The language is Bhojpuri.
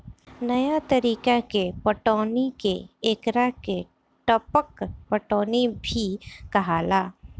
नया तरीका के पटौनी के एकरा के टपक पटौनी भी कहाला